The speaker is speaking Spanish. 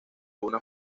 una